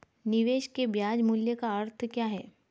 निवेश के ब्याज मूल्य का अर्थ क्या है?